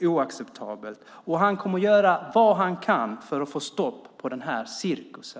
oacceptabelt och att han kommer att göra vad han kan för att få stopp på denna cirkus.